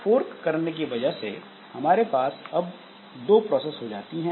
fork करने की वजह से हमारे पास अब दो प्रोसेस हो जाती हैं